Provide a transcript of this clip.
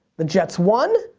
the jets won,